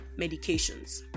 medications